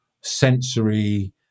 sensory